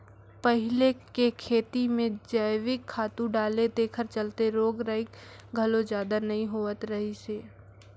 पहिले के खेती में जइविक खातू डाले तेखर चलते रोग रगई घलो जादा नइ होत रहिस हे